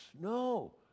no